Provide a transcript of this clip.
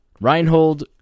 Reinhold